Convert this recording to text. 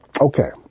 Okay